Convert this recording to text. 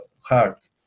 heart